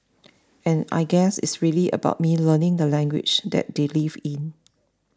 and I guess it's really about me learning the language that they live in